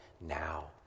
now